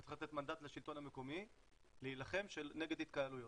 וצריך לתת מנדט לשלטון המקומי להילחם נגד התקהלויות.